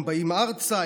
הם באים ארצה,